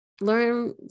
learn